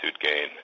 gain